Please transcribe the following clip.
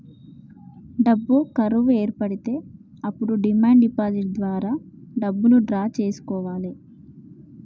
డబ్బు కరువు ఏర్పడితే అప్పుడు డిమాండ్ డిపాజిట్ ద్వారా డబ్బులు డ్రా చేసుకోవాలె